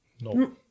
No